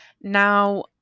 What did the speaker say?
Now